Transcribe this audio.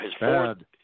Bad